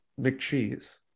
McCheese